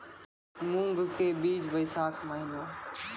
मूंग के बीज बैशाख महीना